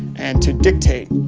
and to dictate,